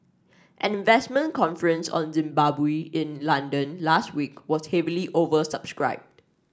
an investment conference on Zimbabwe in London last week was heavily oversubscribed